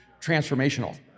transformational